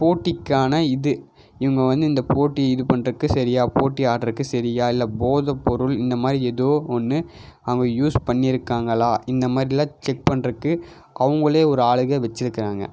போட்டிக்கான இது இவங்க வந்து இந்த போட்டியை இது பண்ணுறதுக்கு சரியா போட்டி ஆடுறதுக்கு சரியா இல்லை போதை பொருள் இந்த மாதிரி ஏதோ ஒன்று அவங்க யூஸ் பண்ணியிருக்காங்களா இந்த மாதிரிலாம் செக் பண்ணுறக்கு அவங்களே ஒரு ஆளயே வெச்சுருக்குறாங்க